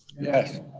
yes.